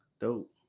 dope